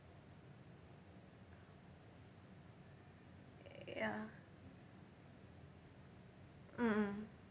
ya mm mm